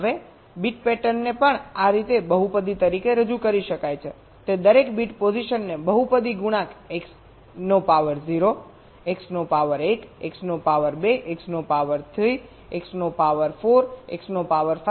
હવે બીટ પેટર્નને પણ આ રીતે બહુપદી તરીકે રજૂ કરી શકાય છે કે દરેક બીટ પોઝિશનને બહુપદી ગુણાંક x નો પાવર 0 x નો પાવર 1 x નો પાવર 2 x નો પાવર 3 x નો પાવર 4 x નો પાવર 5 તરીકે ગણી શકાય